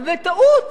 ובטעות,